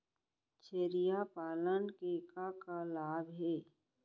छेरिया पालन के का का लाभ हे?